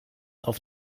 auf